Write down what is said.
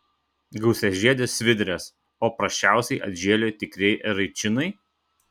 gausiažiedės svidrės o prasčiausiai atžėlė tikrieji eraičinai